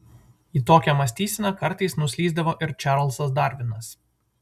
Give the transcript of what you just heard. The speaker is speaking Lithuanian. į tokią mąstyseną kartais nuslysdavo ir čarlzas darvinas